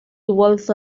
evolves